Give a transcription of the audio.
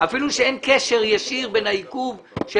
אפילו שאין קשר ישיר בין העיכוב של